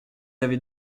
avez